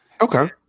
okay